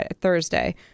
Thursday